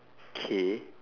K